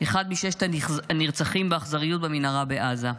אחד מששת הנרצחים באכזריות במנהרה בעזה.